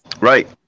Right